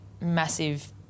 massive